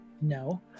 No